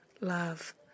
love